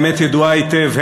האמת ידועה היטב,